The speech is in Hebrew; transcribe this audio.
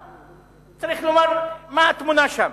צריך לומר מה התמונה שם.